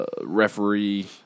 Referee